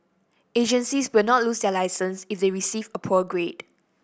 agencies will not lose their licence if they receive a poor grade